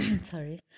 sorry